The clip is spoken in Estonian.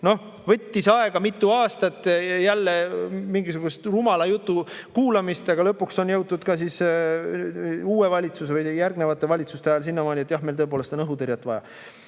Noh, võttis jälle aega mitu aastat, kui tuli mingisugust rumalat juttu kuulata, aga lõpuks on jõutud ka uue valitsuse või järgnenud valitsuste ajal sinnamaani, et jah, meil tõepoolest on õhutõrjet vaja.